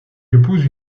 épouse